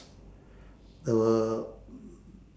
the world